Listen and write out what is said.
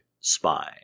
spy